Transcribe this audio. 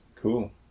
Cool